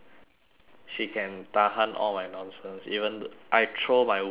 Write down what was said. she can tahan all my nonsense even I throw my worst self